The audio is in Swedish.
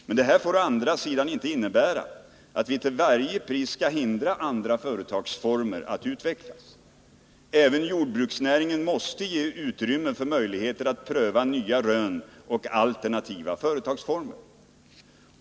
Men detta får å andra sidan inte innebära att vi till varje pris skall hindra andra företagsformer att utvecklas. Även inom jordbruksnäringen måste utrymme ges för möjligheter att pröva nya rön och alternativa företagsformer.